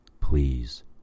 please